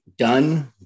done